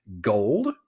Gold